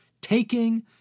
Taking